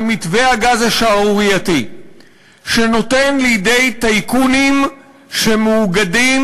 מתווה הגז השערורייתי שנותן לידי טייקונים שמאוגדים